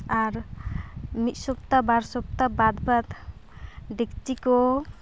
ᱟᱨ ᱢᱤᱫ ᱥᱚᱯᱛᱟ ᱵᱟᱨ ᱥᱚᱯᱛᱟ ᱵᱟᱫᱽ ᱵᱟᱫᱽ ᱰᱮᱠᱪᱤ ᱠᱚ